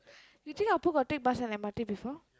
you think Appu got take bus and M_R_T before